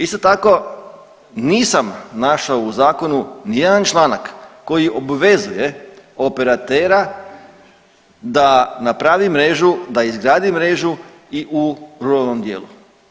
Isto tako, nisam našao u zakonu ni jedan članak koji obvezuje operatera da napravi mrežu, da izgradi mrežu i u ruralnom dijelu.